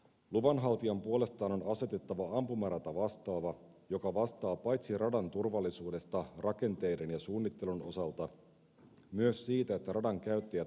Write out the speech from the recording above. luvanhaltijan puolestaan on asetettava ampumaratavastaava joka vastaa paitsi radan turvallisuudesta rakenteiden ja suunnittelun osalta myös siitä että radan käyttäjät noudattavat sääntöjä